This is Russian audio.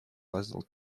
лазил